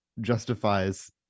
justifies